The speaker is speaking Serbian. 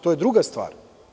To je druga stvar.